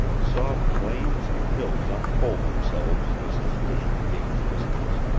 saw plains and hills unfold themselves as his vision gained distance,